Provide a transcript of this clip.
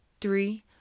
three